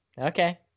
Okay